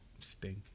stink